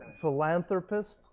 philanthropist